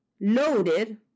loaded